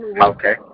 Okay